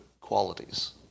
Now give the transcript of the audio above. qualities